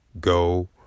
go